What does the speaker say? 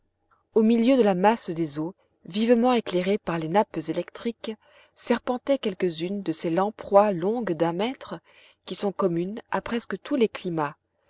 au milieu de la masse des eaux vivement éclairées par les nappes électriques serpentaient quelques-unes de ces lamproies longues d'un mètre qui sont communes à presque tous les climats